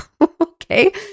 okay